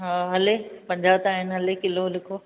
हा हले पंजाह त आहिनि हले किलो लिखो